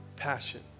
passion